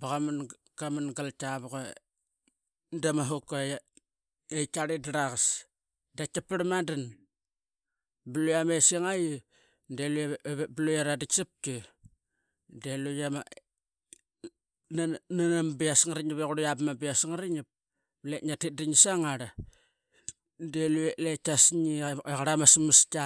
baqa mam gilka vuk dama hoker ee qatari daraqas dap tiprar madan bluia ama essing devep blu ee raditsipki nana ma bias ngarinap i qureqa bama bias ngarinap. Laip niatit dini sangar deluip lepkiar ngi iqar ama smaski.